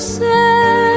say